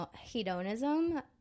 hedonism